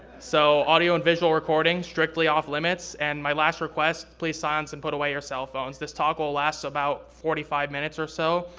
so audio and visual recording strictly off limits. and my last request, please silence and put away your cell phones. this talk will last about forty five minutes or so.